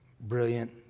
brilliant